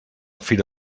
fira